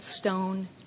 stone